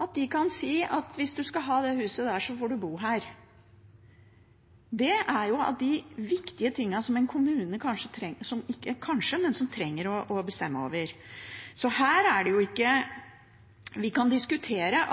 at hvis du skal ha det huset der, får du bo her. Det er av de viktige tingene som en kommune trenger å bestemme over. Vi kan diskutere